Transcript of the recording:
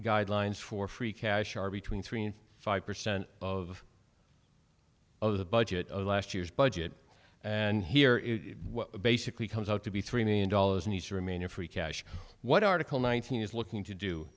guidelines for free cash are between three and five percent of of the budget of last year's budget and here it basically comes out to be three million dollars needs to remain a free cash what article nineteen is looking to do